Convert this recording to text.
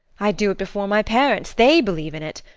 i do it before my parents. they believe in it.